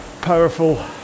powerful